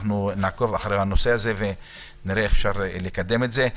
נעקוב אחרי הנושא הזה ונראה איך אפשר לקדם את זה.